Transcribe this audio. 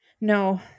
No